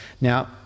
Now